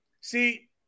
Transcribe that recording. See